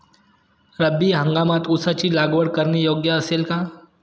रब्बी हंगामात ऊसाची लागवड करणे योग्य असेल का?